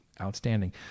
Outstanding